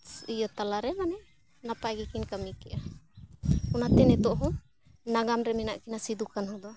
ᱤᱭᱟᱹ ᱛᱟᱞᱟᱨᱮ ᱢᱟᱱᱮ ᱱᱟᱯᱟᱭ ᱜᱮᱠᱤᱱ ᱠᱟᱹᱢᱤ ᱠᱮᱜᱼᱟ ᱚᱱᱟᱛᱮ ᱱᱤᱛᱳᱜ ᱦᱚᱸ ᱱᱟᱜᱟᱢ ᱨᱮ ᱢᱮᱱᱟᱜ ᱠᱤᱱᱟᱹ ᱥᱤᱫᱩ ᱠᱟᱱᱩ ᱫᱚ